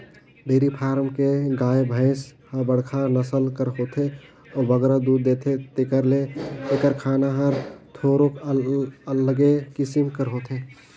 dairy farm के गाय, भंइस ह बड़खा नसल कर होथे अउ बगरा दूद देथे तेकर ले एकर खाना हर थोरोक अलगे किसिम कर होथे